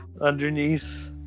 Underneath